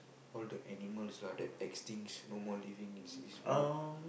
all the animals lah that extinct no more living in this world